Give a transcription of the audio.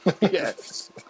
Yes